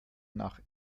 nach